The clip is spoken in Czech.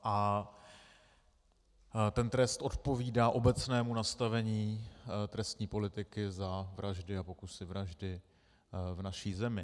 A ten trest odpovídá obecnému nastavení trestní politiky za vraždy a pokusy o vraždu v naší zemi.